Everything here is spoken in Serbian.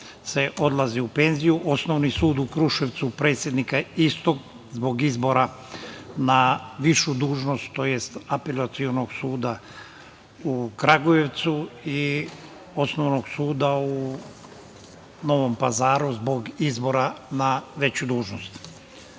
se odlazi u penziju. Osnovni sud u Kruševcu, predsednika istog zbog izbora na višu dužnost, tj. Apelacionog suda u Kragujevcu i osnovnog suda u Novom pazaru zbog izbora na veću dužnost. Dobro